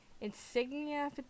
Insignia